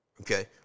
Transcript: Okay